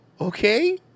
Okay